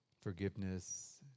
Forgiveness